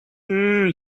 thought